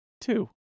two